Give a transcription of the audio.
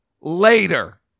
later